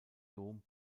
dom